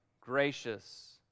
gracious